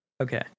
Okay